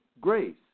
grace